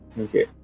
Okay